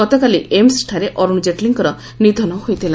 ଗତକାଲି ଏମ୍ସଠାରେ ଅରୁଣ ଜେଟଲୀଙ୍କର ନିଧନ ହୋଇଥିଲା